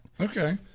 okay